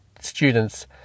students